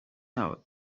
now